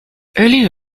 earlier